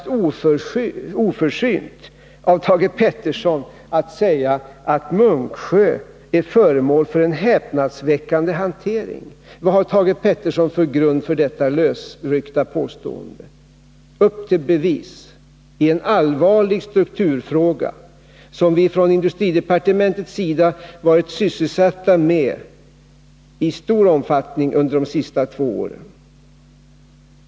Det är minst sagt oförsynt av Thage Peterson att säga att Munksjö är föremål för en häpnadsväckande hantering. Vad har Thage Peterson för grund för detta lösryckta påstående? Upp till bevis! Det gäller ju en allvarlig strukturfråga, som vi från industridepartementets sida i stor omfattning har varit sysselsatta med under de senaste två åren.